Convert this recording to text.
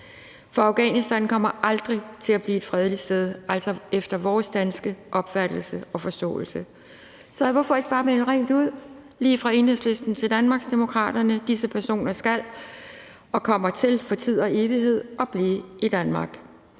og forståelse aldrig til at være et fredeligt sted. Så hvorfor ikke bare melde rent ud lige fra Enhedslisten til Danmarksdemokraterne: Disse personer skal og kommer til for tid og evighed at blive i Danmark?